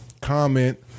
comment